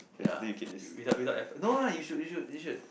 ya without without no lah you should you should you should